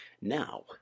Now